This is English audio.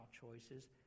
choices